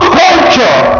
culture